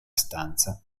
stanza